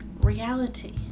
reality